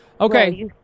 Okay